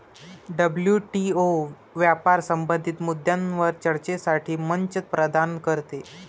WTO व्यापार संबंधित मुद्द्यांवर चर्चेसाठी मंच प्रदान करते